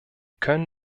können